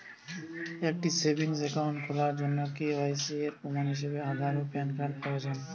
একটি savings account খোলার জন্য কে.ওয়াই.সি এর প্রমাণ হিসাবে আধার ও প্যান কার্ড প্রয়োজন